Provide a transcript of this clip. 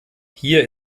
hier